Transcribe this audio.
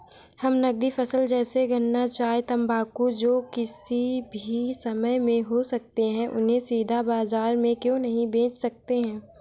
हम नगदी फसल जैसे गन्ना चाय तंबाकू जो किसी भी समय में हो सकते हैं उन्हें सीधा बाजार में क्यो नहीं बेच सकते हैं?